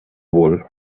wool